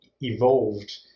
evolved